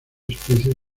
especies